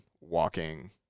walking